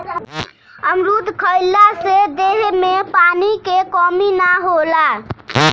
अमरुद खइला से देह में पानी के कमी ना होला